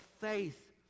faith